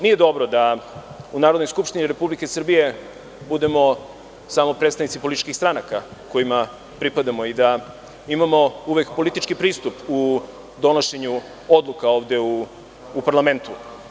Nije dobro da u NS RS budemo samo predstavnici političkih stranaka kojima pripadamo i da imamo uvek politički pristup u donošenju odluka ovde u parlamentu.